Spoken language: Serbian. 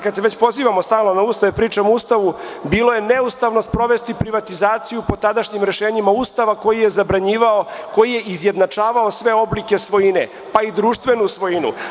Kada se već pozivamo stalno na Ustav i pričamo o Ustavu bilo je neustavno sprovesti privatizaciju po tadašnjim rešenjima Ustava koji je zabranjivao, koji je izjednačavao sve oblike svojine, pa i društvenu svojinu.